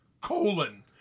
Colon